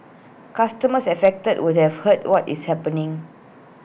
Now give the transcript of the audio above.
customers affected would have heard what is happening